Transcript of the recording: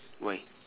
why